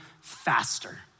faster